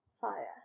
fire